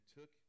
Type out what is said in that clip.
took